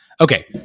Okay